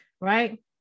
right